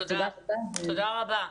תודה רבה.